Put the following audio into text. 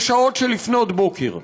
בשעות שלפנות בוקר?